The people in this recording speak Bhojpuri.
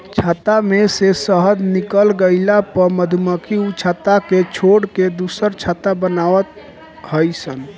छत्ता में से शहद निकल गइला पअ मधुमक्खी उ छत्ता के छोड़ के दुसर छत्ता बनवत हई सन